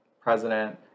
president